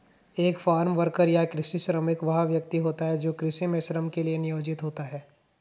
एक farm worker या कृषि श्रमिक वह व्यक्ति होता है जो कृषि में श्रम के लिए नियोजित होता है